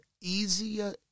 Easier